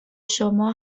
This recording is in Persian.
شما